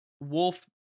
Wolf